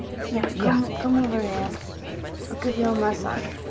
yeah yeah come over here, i'll give you a massage.